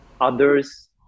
others